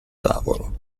tavolo